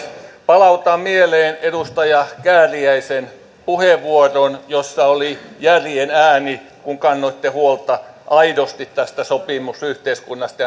palautan mieleen edustaja kääriäisen puheenvuoron jossa oli järjen ääni kun kannoitte huolta aidosti tästä sopimusyhteiskunnasta